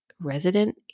Resident